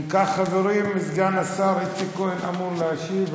אם כך, חברים, סגן השר איציק כהן אמור להשיב.